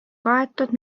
kaetud